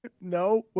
No